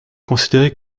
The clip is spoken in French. considérer